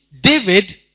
David